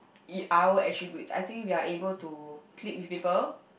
E~ our attributes I think we are able to click with people